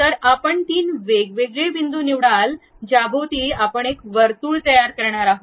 तर आपण तीन वेगवेगळे बिंदू निवडाल ज्याभोवती आपण एक वर्तुळ तयार करणार आहोत